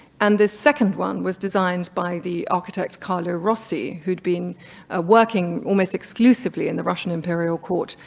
and this second one was designed by the architect carlo rossi, who'd been ah working almost exclusively in the russian imperial court,